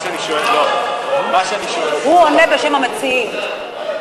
הוא עונה בשם המציעים.